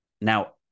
Now